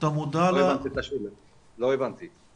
את מדברת על 123 כיתות חדשות.